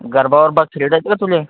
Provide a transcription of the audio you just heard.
गरबा वरबा खेळता येते का तुला